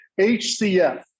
HCF